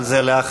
אבל זה לאחר